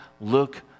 look